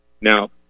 Now